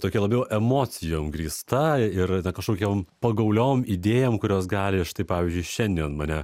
tokia labiau emocijom grįsta ir kažkokiom pagauliom idėjom kurios gali štai pavyzdžiui šiandien mane